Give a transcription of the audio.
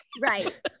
Right